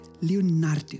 Leonardo